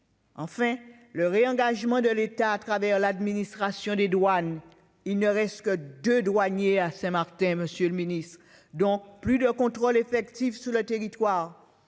enfin, le réengagement de l'État dans l'administration des douanes. Il ne reste que deux douaniers à Saint-Martin, monsieur le ministre ! Cela signifie qu'il n'y a plus de contrôle effectif sur le territoire.